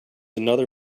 another